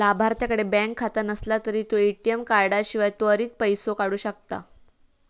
लाभार्थ्याकडे बँक खाता नसला तरी तो ए.टी.एम कार्डाशिवाय त्वरित पैसो काढू शकता